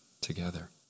together